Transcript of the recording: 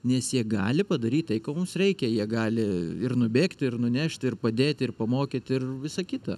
nes jie gali padaryt tai ko mums reikia jie gali ir nubėgti ir nunešti ir padėti ir pamokyti ir visa kita